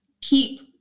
keep